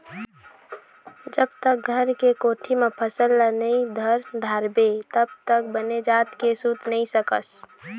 जब तक घर के कोठी म फसल ल नइ धर डारबे तब तक बने जात के सूत नइ सकस